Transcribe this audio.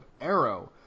Arrow